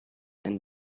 and